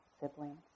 siblings